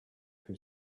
who